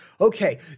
Okay